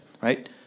right